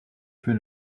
fut